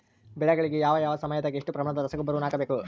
ಬೆಳೆಗಳಿಗೆ ಯಾವ ಯಾವ ಸಮಯದಾಗ ಎಷ್ಟು ಪ್ರಮಾಣದ ರಸಗೊಬ್ಬರವನ್ನು ಹಾಕಬೇಕು?